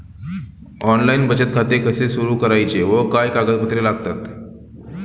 Online बचत खाते कसे सुरू करायचे व काय कागदपत्रे लागतात?